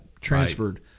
transferred